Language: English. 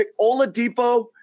Oladipo